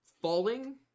falling